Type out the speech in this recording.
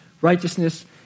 righteousness